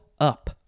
up